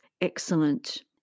excellent